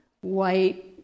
white